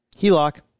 HELOC